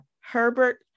Herbert